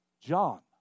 John